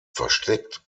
versteckt